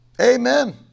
Amen